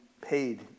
paid